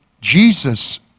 Jesus